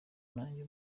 nanjye